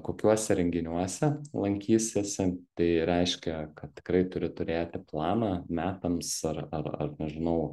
kokiuose renginiuose lankysiesi tai reiškia kad tikrai turi turėti planą metams ar ar ar nežinau